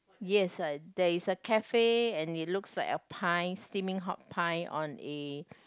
yes uh there is a cafe and it looks like a pie steaming hot pie on a